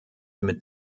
mit